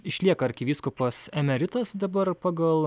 išlieka arkivyskupas emeritas dabar pagal